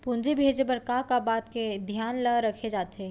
पूंजी भेजे बर का का बात के धियान ल रखे जाथे?